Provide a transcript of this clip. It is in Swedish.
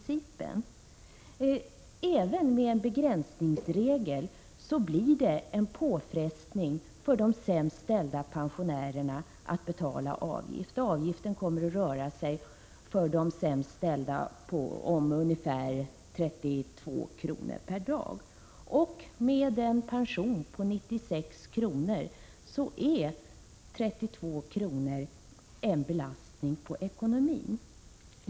1986/87:122 blir det en påfrestning för de sämst ställda pensionärerna att betala avgiften, 13 maj 1987 som kommer att röra sig om ungefär 32 kr. per dag för de sämst ställda. Med en pension på 96 kr. per dag är 32 kr. en belastning på ekonomin.